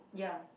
ya